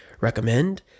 recommend